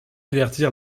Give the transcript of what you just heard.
divertir